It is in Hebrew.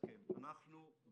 לסכם בכדי לא לגזול זמן רב.